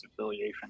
affiliation